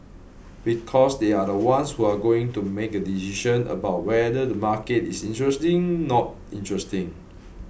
because they are the ones who are going to make a decision about whether the market is interesting not interesting